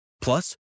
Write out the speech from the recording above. Plus